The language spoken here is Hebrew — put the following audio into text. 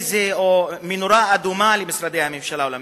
נורה אדומה במשרדי הממשלה ובממשלה,